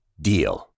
DEAL